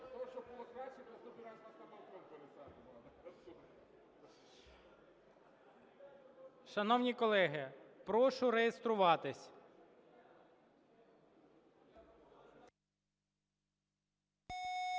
Шановні колеги, прошу реєструватись.